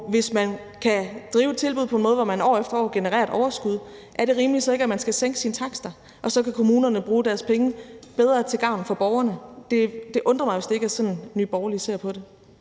hvis man kan drive et tilbud på en måde, hvor man år efter år genererer et overskud, er det rimelige så ikke, at man skal sænke sine takster, og så kan kommunerne bruge deres penge bedre til gavn for borgerne? Det undrer mig, hvis Nye Borgerlige ikke ser sådan på det.